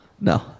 no